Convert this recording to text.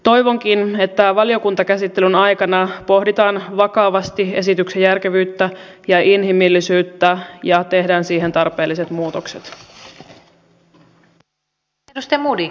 toivonkin että valiokuntakäsittelyn aikana pohditaan vakavasti esityksen järkevyyttä ja inhimillisyyttä ja tehdään siihen tarpeelliset muutokset